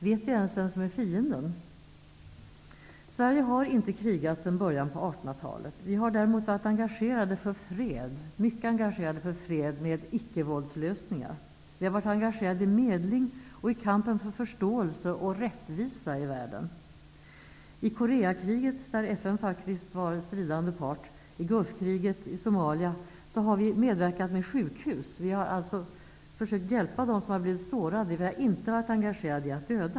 Vet vi ens vem som är fienden? Sverige har inte krigat sedan början på 1800-talet. Vi har däremot varit mycket engagerade för fred med icke-våldslösningar, i medling och i kampen för förståelse och rättvisa i världen. I Koreakriget, där FN faktiskt var en stridande part, i Gulfkriget och i Somalia har vi medverkat med sjukhus. Vi har försökt hjälpa dem som blivit sårade, men vi har inte varit engagerade i att döda.